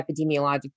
epidemiologic